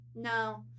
No